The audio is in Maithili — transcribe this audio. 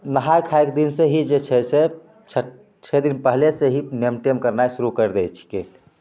नहाय खायके दिन से ही जे छै से छ छे दिन पहले से ही नेम टेम करनाइ सुरू कैर दै छिकै